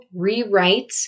rewrites